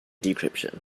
decryption